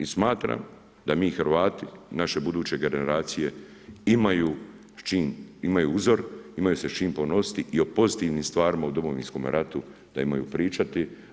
I smatram da mi Hrvati, naše buduće generacije imaju uzor, imaju se s čim ponositi i o pozitivnim stvarima u Domovinskome ratu da imaju pričati.